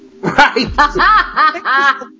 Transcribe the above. Right